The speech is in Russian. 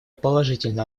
положительно